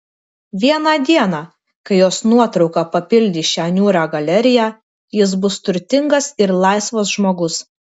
vieną dieną kai jos nuotrauka papildys šią niūrią galeriją jis bus turtingas ir laisvas žmogus